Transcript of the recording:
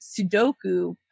Sudoku